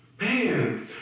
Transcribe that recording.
Man